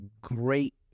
great